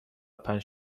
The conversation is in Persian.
پنج